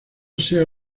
sea